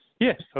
Yes